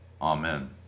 Amen